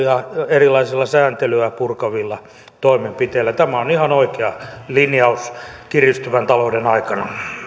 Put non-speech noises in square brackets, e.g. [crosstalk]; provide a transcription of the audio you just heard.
[unintelligible] ja erilaisilla sääntelyä purkavilla toimenpiteillä tämä on ihan oikea linjaus kiristyvän talouden aikana